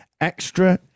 Extra